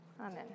Amen